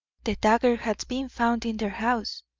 the dagger has been found in their house,